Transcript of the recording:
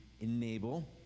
enable